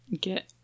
get